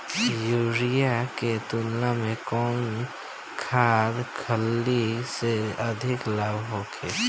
Urea के तुलना में कौन खाध खल्ली से अधिक लाभ होखे?